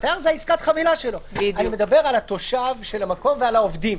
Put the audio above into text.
התייר זה עסקת החבילה שלו אני מדבר על התושב של המקום ועל העובדים,